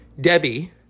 Debbie